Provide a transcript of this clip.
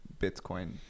Bitcoin